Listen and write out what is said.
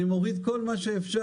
אני מוריד כל מה שאפשר,